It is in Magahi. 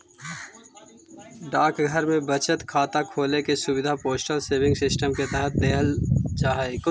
डाकघर में बचत खाता खोले के सुविधा पोस्टल सेविंग सिस्टम के तहत देल जा हइ